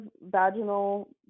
vaginal